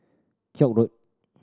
Koek Road